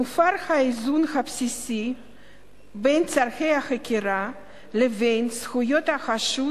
מופר האיזון הבסיסי בין צורכי החקירה לבין זכויות החשוד,